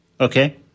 Okay